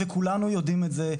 וכולנו יודעים את זה,